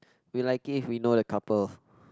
we will like it if we know the couple